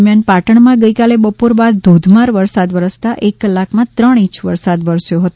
દરમ્યાન પાટણમાં ગઈકાલે બપોર બાદ ધોધમાર વરસાદ વરસતા એક કલાકમાં ત્રણ ઈંચ વરસાદ વરસ્યો હતો